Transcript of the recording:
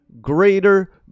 greater